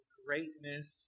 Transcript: greatness